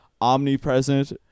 omnipresent